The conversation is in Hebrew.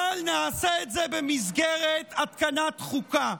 אבל נעשה את זה במסגרת התקנת חוקה.